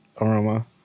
aroma